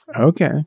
Okay